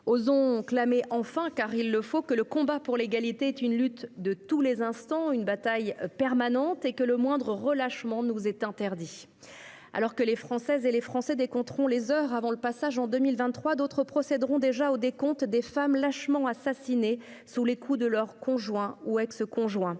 Osons clamer enfin, car il le faut, que le combat pour l'égalité est une lutte de tous les instants, une bataille permanente, et que le moindre relâchement nous est interdit. Alors que les Françaises et les Français décompteront les heures avant le passage en 2023, d'autres procéderont déjà au décompte des femmes lâchement assassinées sous les coups de leur conjoint ou ex-conjoint.